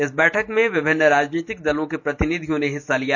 इस बैठक में विभिन्न राजनीतिक दलों के प्रतिनिधियों ने हिस्सा लिया